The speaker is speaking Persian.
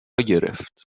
گرفت